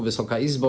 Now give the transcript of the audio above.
Wysoka Izbo!